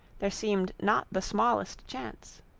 there seemed not the smallest chance.